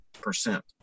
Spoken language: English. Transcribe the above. percent